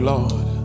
Lord